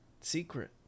secret